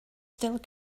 still